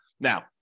now